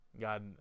God